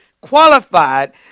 qualified